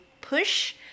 push